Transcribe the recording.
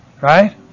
Right